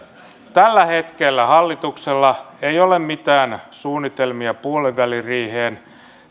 tällä hetkellä hallituksella ei ole mitään suunnitelmia puoliväliriiheen